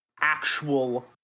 actual